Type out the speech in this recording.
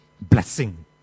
Blessing